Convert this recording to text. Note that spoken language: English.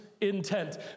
intent